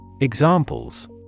Examples